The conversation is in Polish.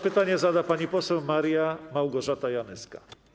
Pytanie zada pani poseł Maria Małgorzata Janyska.